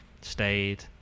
stayed